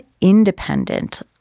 independent